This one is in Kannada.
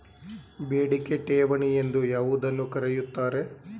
ಬೇಡಿಕೆ ಠೇವಣಿ ಎಂದು ಯಾವುದನ್ನು ಕರೆಯುತ್ತಾರೆ?